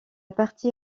partie